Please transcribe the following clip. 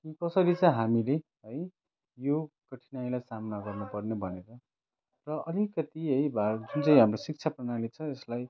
कि कसरी चाहिँ हामीले है यो कठिनाइलाई सामना गर्नुपर्ने भनेर र अलिकति है भारत जुन चाहिँ हाम्रो शिक्षा प्रणाली छ यसलाई